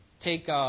take